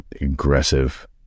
aggressive